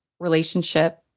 relationship